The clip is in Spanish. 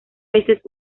veces